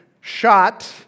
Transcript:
shot